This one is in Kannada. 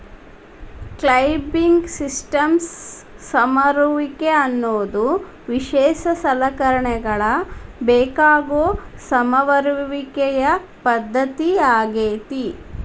ಕ್ಲೈಂಬಿಂಗ್ ಸಿಸ್ಟಮ್ಸ್ ಸಮರುವಿಕೆ ಅನ್ನೋದು ವಿಶೇಷ ಸಲಕರಣೆಗಳ ಬೇಕಾಗೋ ಸಮರುವಿಕೆಯ ಪದ್ದತಿಯಾಗೇತಿ